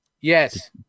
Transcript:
Yes